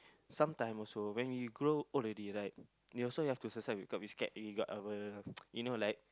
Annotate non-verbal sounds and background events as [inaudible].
sometime also when we grow old already like you also you have to exercise because we scared we got our [noise] you know like